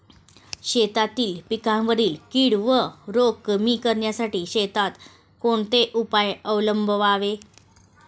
शेतातील पिकांवरील कीड व रोग कमी करण्यासाठी शेतात कोणते उपाय अवलंबावे?